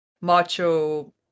macho